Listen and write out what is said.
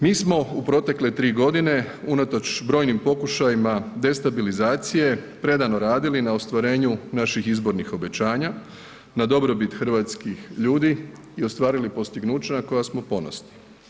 Mi smo u protekle 3 g. unatoč brojnim pokušajima destabilizacije, predano radili na ostvarenju naših izbornih obećanja na dobrobit hrvatskih ljudi i ostvarili postignuća na koja smo ponosni.